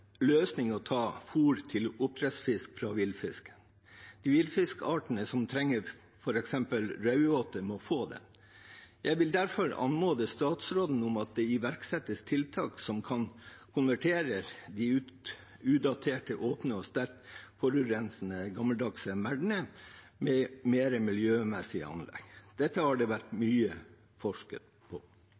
løsning å ta fôr til oppdrettsfisk fra villfisken. De villfiskartene som trenger f.eks. raudåte, må få det. Jeg vil derfor anmode statsråden om at det iverksettes tiltak som kan konvertere de utdaterte, åpne og sterkt forurensende gammeldagse merdene til mer miljøvennlige anlegg. Dette har det vært forsket mye på.